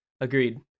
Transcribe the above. agreed